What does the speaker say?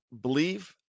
believe